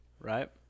Right